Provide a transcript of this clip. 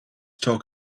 talk